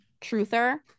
truther